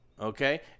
Okay